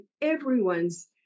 everyone's